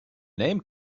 name